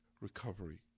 recovery